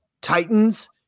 Titans